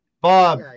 Bob